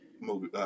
movie